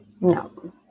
No